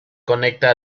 conecta